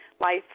life